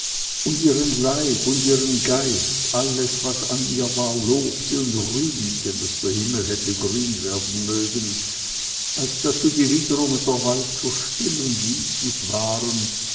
und ihren leib und ihren geist alles was an ihr war lobte und rühmte daß der himmel hätte grün werden mögen als dazu die witterung und der wald so still und lieblich waren